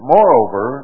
Moreover